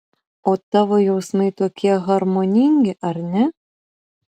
o tavo jausmai tokie harmoningi ar ne